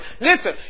Listen